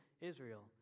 Israel